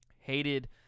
hated